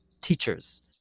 teachers